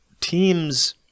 teams